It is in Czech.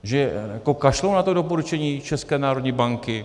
Že kašlou na to doporučení České národní banky?